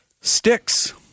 sticks